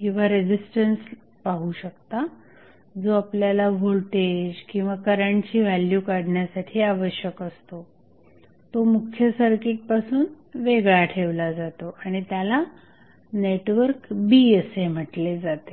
किंवा रेझिस्टन्स पाहू शकता जो आपल्याला व्होल्टेज किंवा करंटची व्हॅल्यू काढण्यासाठी आवश्यक असतो तो मुख्य सर्किटपासून वेगळा ठेवला जातो आणि त्याला नेटवर्क B असे म्हटले जाते